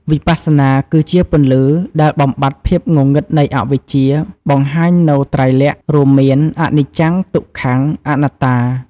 វិបស្សនាគឺជាពន្លឺដែលបំបាត់ភាពងងឹតនៃអវិជ្ជា បង្ហាញនូវ ត្រៃលក្ខណ៍ រួមមាន អនិច្ចំ ទុក្ខំ អនត្តា។